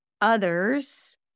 others